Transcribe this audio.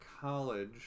college